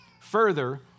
Further